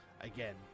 again